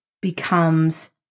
becomes